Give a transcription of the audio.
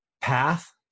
path